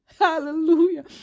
Hallelujah